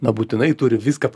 na būtinai turi viską